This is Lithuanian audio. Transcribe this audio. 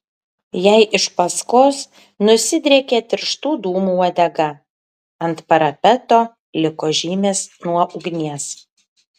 jai iš paskos nusidriekė tirštų dūmų uodega ant parapeto liko žymės nuo ugnies